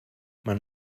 man